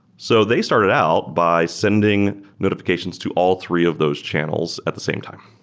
so they started out by sending notifications to all three of those channels at the same time.